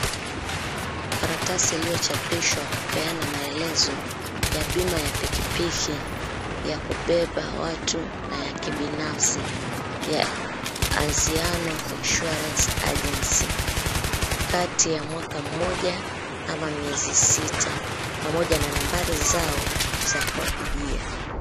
Karatasi yaliyochapishwa kupeana maelezo ya bima ya pikipiki yakubeba watu na ya kibinafsi ya Aziano Insurance Agency. Kati ya mwaka mmoja ama miezi sita pamoja na nambari zao za kuwapigia.